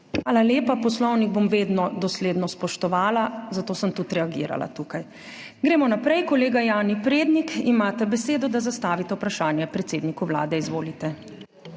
Hvala lepa. Poslovnik bom vedno dosledno spoštovala, zato sem tudi reagirala tukaj. Gremo naprej, kolega Jani Prednik, imate besedo, da zastavite vprašanje predsedniku Vlade. Izvolite.